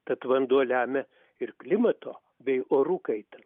tad vanduo lemia ir klimato bei orų kaitą